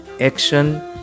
action